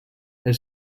elle